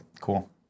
Cool